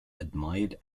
admired